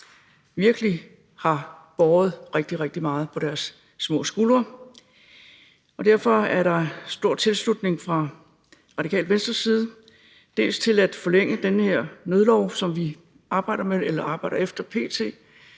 virkelig har båret rigtig, rigtig meget på deres små skuldre. Derfor er der stor tilslutning fra Radikale Venstres side til dels at forlænge den her nødlov, som vi arbejder efter p.t.,